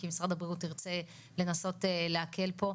כי משרד ירצה לנסות להקל פה.